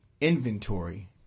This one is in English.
inventory